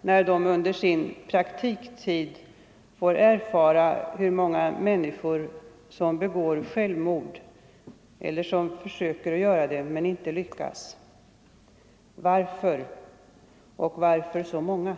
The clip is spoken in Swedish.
när de under sin praktiktid får erfara hur många människor som begår självmord och hur många som försöker men inte lyckas. Varför? Och varför så många?